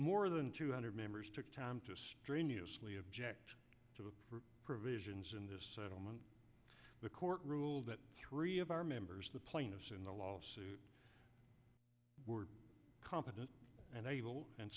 more than two hundred members took time to strenuously object to the provisions in this settlement the court ruled that three of our members the plaintiffs in the lawsuit were competent and a